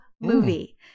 movie